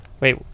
Wait